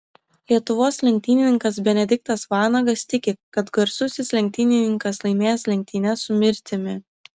lietuvos lenktynininkas benediktas vanagas tiki kad garsusis lenktynininkas laimės lenktynes su mirtimi